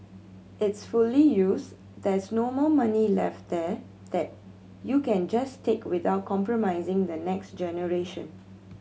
it's fully used there's no more money left there that you can just take without compromising the next generation